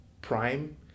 prime